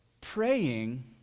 Praying